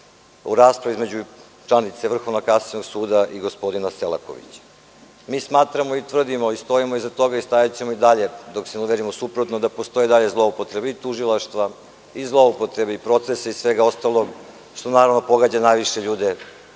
u raspravi između članice Vrhovnog kasacionog suda i gospodina Selakovića. Smatramo, tvrdimo i stojimo iza toga i stajaćemo i dalje, dok se ne uverimo u suprotno, da postoje i dalje zloupotrebe i tužilaštva i zloupotrebe i procesi i svega ostalog, što najviše pogađa ljude